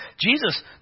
Jesus